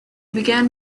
began